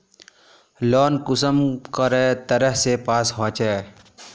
Loan कुंसम करे तरह से पास होचए?